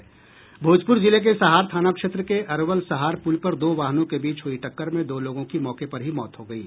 भोजपुर जिले के सहार थाना क्षेत्र के अरवल सहार पुल पर दो वाहनों के बीच हुयी टक्कर में दो लोगों की मौके पर ही मौत हो गयी